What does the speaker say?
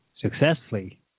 successfully